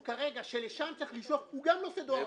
כרגע שלשם צריך לשלוח גם לא עושה דואר רשום.